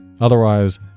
Otherwise